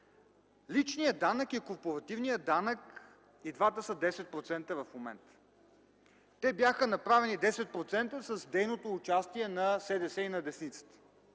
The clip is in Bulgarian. Личният данък и корпоративният данък и двата са 10% в момента. Те бяха направени 10% с дейното участие на СДС и на десницата.